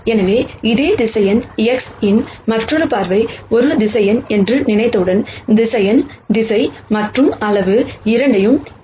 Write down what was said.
எனவே அதே vector X இன் மற்றொரு பார்வை ஒரு வெக்டர் என்று நினைத்தவுடன் வெக்டர் திசை மற்றும் அளவு இரண்டையும் கொண்டுள்ளது